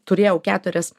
turėjau keturias